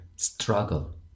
struggle